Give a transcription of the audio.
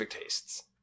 tastes